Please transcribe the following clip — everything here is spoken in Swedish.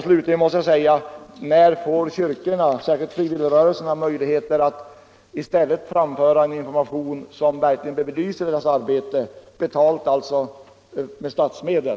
Slutligen måste jag fråga: När får kyrkorna — speciellt frikyrkorörelsen — möjlighet att i stället framföra en information som verkligen belyser deras arbete, en information betalad med statsmedel?